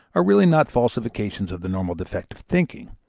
are really not falsifications of the normal defective thinking,